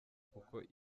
kuko